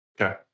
Okay